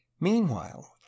Meanwhile